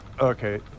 Okay